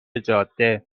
جاده